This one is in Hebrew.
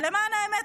ולמען האמת,